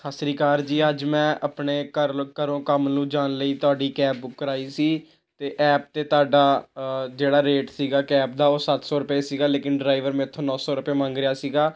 ਸਤਿ ਸ਼੍ਰੀ ਅਕਾਲ ਜੀ ਅੱਜ ਮੈਂ ਆਪਣੇ ਘਰ ਘਰੋਂ ਕੰਮ ਨੂੰ ਜਾਣ ਲਈ ਤੁਹਾਡੀ ਕੈਬ ਬੁੱਕ ਕਰਵਾਈ ਸੀ ਅਤੇ ਐਪ 'ਤੇ ਤੁਹਾਡਾ ਜਿਹੜਾ ਰੇਟ ਸੀਗਾ ਕੈਬ ਦਾ ਉਹ ਸੱਤ ਸੌ ਰੁਪਏ ਸੀਗਾ ਲੇਕਿਨ ਡਰਾਈਵਰ ਮੇਰੇ ਤੋਂ ਨੌ ਸੌ ਰੁਪਏ ਮੰਗ ਰਿਹਾ ਸੀਗਾ